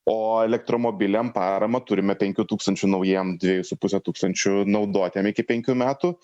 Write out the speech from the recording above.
o elektromobiliam paramą turime penkių tūkstančių naujiem dviejų su puse tūkstančių naudotiem iki penkių metų